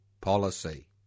policy